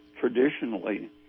traditionally